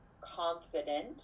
confident